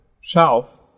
shelf